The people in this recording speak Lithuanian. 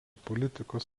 politikos